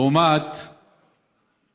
לעומת זאת,